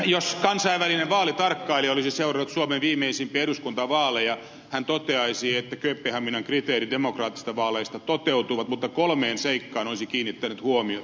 jos kansainvälinen vaalitarkkailija olisi seurannut suomen viimeisimpiä eduskuntavaaleja hän toteaisi että kööpenhaminan kriteerit demokraattisista vaaleista toteutuivat mutta kolmeen seikkaan olisi kiinnittänyt huomiota